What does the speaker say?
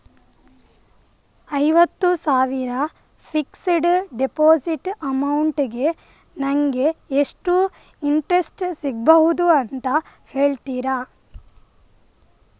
ಐವತ್ತು ಸಾವಿರ fixed deposit amount ಗೆ ನಂಗೆ ಎಷ್ಟು ಇಂಟ್ರೆಸ್ಟ್ ಸಿಗ್ಬಹುದು ಅಂತ ಹೇಳ್ತೀರಾ?